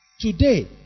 Today